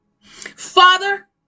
Father